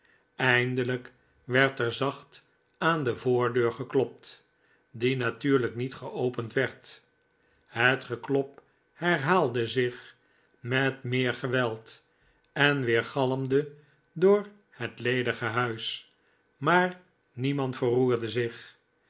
eindelijk werd er zacht aan de voordeur geklopt die natuurlijk niet geopend werd het geklop herhaalde zich met meer geweld en weergalmde door het ledige huis maar niemand verroerde zich